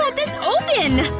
ah this open!